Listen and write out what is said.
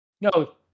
No